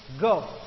Go